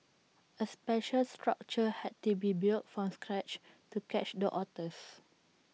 A special structure had to be built from scratch to catch the otters